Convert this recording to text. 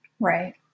Right